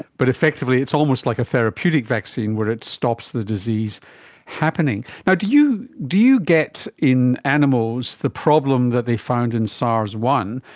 but effectively it's almost like a therapeutic vaccine where it stops the disease happening. yeah do you do you get in animals the problem that they found in sars one,